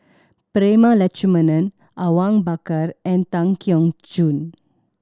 Prema Letchumanan Awang Bakar and Tan Keong Choon